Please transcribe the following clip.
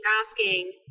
asking